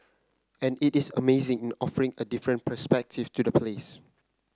and it is amazing in offering a different perspective to the place